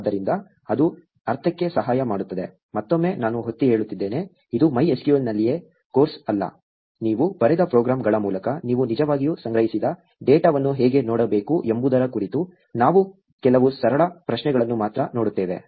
ಆದ್ದರಿಂದ ಅದು ಅರ್ಥಕ್ಕೆ ಸಹಾಯ ಮಾಡುತ್ತದೆ ಮತ್ತೊಮ್ಮೆ ನಾನು ಒತ್ತಿ ಹೇಳುತ್ತಿದ್ದೇನೆ ಇದು MySQL ನಲ್ಲಿಯೇ ಕೋರ್ಸ್ ಅಲ್ಲ ನೀವು ಬರೆದ ಪ್ರೋಗ್ರಾಂಗಳ ಮೂಲಕ ನೀವು ನಿಜವಾಗಿಯೂ ಸಂಗ್ರಹಿಸಿದ ಡೇಟಾವನ್ನು ಹೇಗೆ ನೋಡಬೇಕು ಎಂಬುದರ ಕುರಿತು ನಾವು ಕೆಲವು ಸರಳ ಪ್ರಶ್ನೆಗಳನ್ನು ಮಾತ್ರ ನೋಡುತ್ತೇವೆ